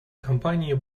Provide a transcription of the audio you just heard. компании